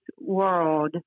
world